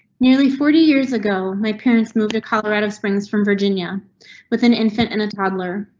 nearly forty years ago, my parents moved to colorado springs from virginia with an infant and a toddler.